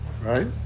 Right